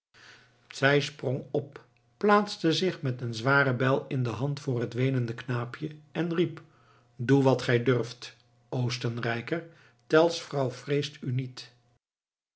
zij sprong op plaatste zich met eene zware bijl in de hand voor het weenende knaapje en riep doe wat gij durft oostenrijker tell's vrouw vreest u niet